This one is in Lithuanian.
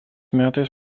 metais